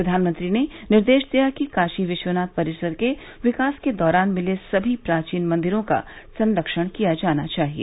प्रधानमंत्री ने निर्देश दिया कि काशी विश्वनाथ परिसर के विकास के दौरान मिले सभी प्राचीन मंदिरों का संरक्षण किया जाना चाहिए